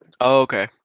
okay